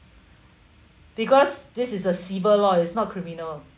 because this is a civil law is not criminal